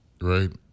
right